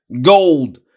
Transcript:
gold